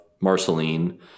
Marceline